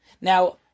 Now